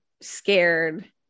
scared